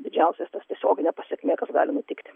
didžiausiosias tas tiesioginė pasekmė kas gali nutikti